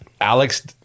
Alex